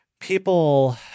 people